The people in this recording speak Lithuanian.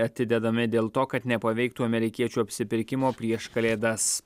atidedami dėl to kad nepaveiktų amerikiečių apsipirkimo prieš kalėdas